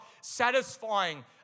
satisfying